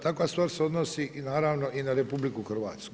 Takva stvar se odnosni i naravno i na RH.